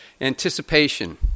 Anticipation